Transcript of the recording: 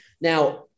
Now